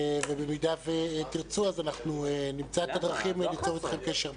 ובמידה ותרצו אז אנחנו נמצא את הדרכים ליצור אתכם קשר בעניין.